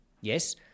yes